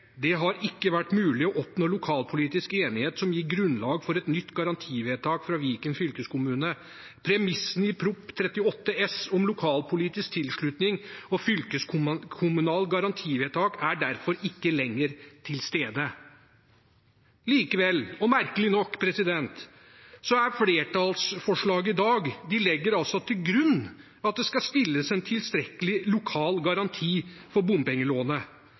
har ikke vært mulig å oppnå lokalpolitisk enighet som gir grunnlag for et nytt garantivedtak fra Viken fylkeskommune. Premissene i Prop. 38 S om lokalpolitisk tilslutning og fylkeskommunalt garantivedtak er derfor ikke lenger tilstede.» Likevel og merkelig nok legger flertallsforslaget i dag til grunn at det stilles en tilstrekkelig lokal garanti for